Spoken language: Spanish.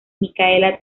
micaela